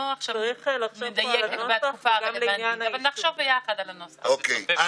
אני לא רוצה לתת לזה פרשנות פוליטית אבל אתה אחד מהשרים הפרקטיים,